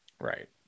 right